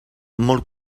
molt